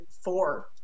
four